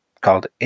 called